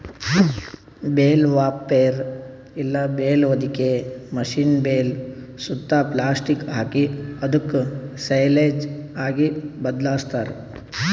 bale wrapper ಇಲ್ಲ bale ಹೊದಿಕೆ machine bale ಸುತ್ತಾ ಪ್ಲಾಸ್ಟಿಕ್ ಹಾಕಿ ಅದುಕ್ ಸೈಲೇಜ್ ಆಗಿ ಬದ್ಲಾಸ್ತಾರ್